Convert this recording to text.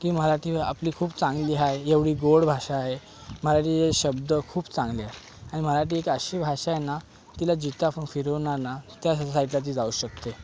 की मराठी आपली खूप चांगली आहे एवढी गोड भाषा आहे मराठी शब्द खूप चांगले आहे आणि मराठी एक अशी भाषा आहे ना तिला जितकं आपण फिरवणार ना त्या त्या साईडला ती जाऊ शकते